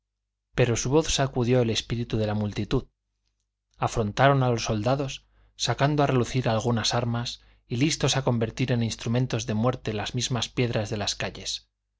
pero su voz sacudió el espíritu de la multitud afrontaron a los soldados sacando a relucir algunas armas y listos a convertir en instrumentos de muerte las mismas piedras de las calles